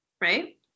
right